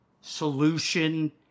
solution